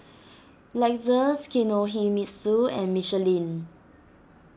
Lexus Kinohimitsu and Michelin